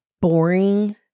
boring